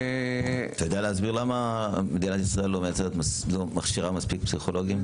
אתה יודע להסביר למה מדינת ישראל לא מכשירה מספיק פסיכולוגים?